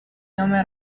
nome